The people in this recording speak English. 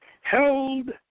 held